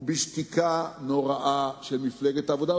ובשתיקה נוראה של מפלגת העבודה,